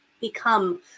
become